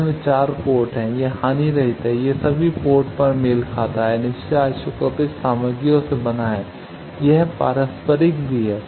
इसमें 4 पोर्ट हैं यह हानिरहित है यह सभी पोर्ट पर मेल खाता है निष्क्रिय आइसोट्रोपिक सामग्रियों से बना है यह पारस्परिक है